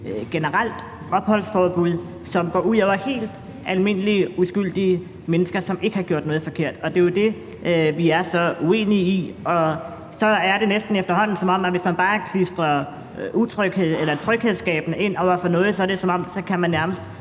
generelt opholdsforbud, som går ud over helt almindelige uskyldige mennesker, som ikke har gjort noget forkert, og det er jo det, vi er så uenige i. Det er efterhånden næsten sådan, at hvis man bare klistrer ord som utryghed eller tryghedsskabende på noget, så er det, som om man nærmest